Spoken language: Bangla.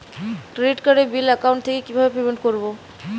ক্রেডিট কার্ডের বিল অ্যাকাউন্ট থেকে কিভাবে পেমেন্ট করবো?